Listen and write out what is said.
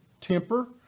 temper